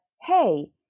hey